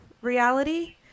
reality